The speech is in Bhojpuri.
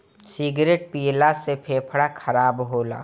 सिगरेट पियला से फेफड़ा खराब होला